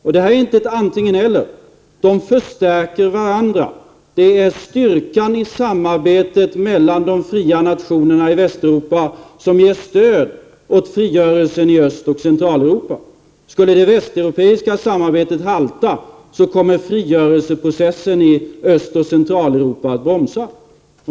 Och det här är inte ett antingen-eller — de förstärker varandra. Det är styrkan i samarbetet mellan de fria nationerna i Västeuropa som ger stöd åt frigörelsen i Östoch Centraleuropa. Skulle det västeuropeiska samarbetet halta, så kommer frigörelseprocessen i Östoch Centraleuropa att bromsa.